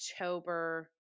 October